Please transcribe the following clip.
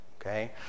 okay